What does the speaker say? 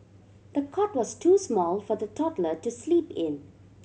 the cot was too small for the toddler to sleep in